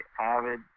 avid